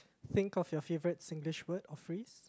think of your favourite Singlish word or phrase